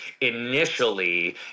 initially